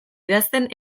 idazten